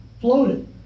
floated